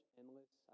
endless